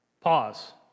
pause